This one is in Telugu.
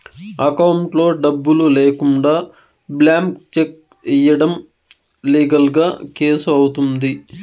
అకౌంట్లో డబ్బులు లేకుండా బ్లాంక్ చెక్ ఇయ్యడం లీగల్ గా కేసు అవుతుంది